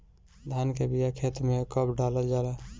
धान के बिया खेत में कब डालल जाला?